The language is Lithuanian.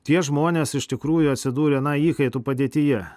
tie žmonės iš tikrųjų atsidūrė na įkaitų padėtyje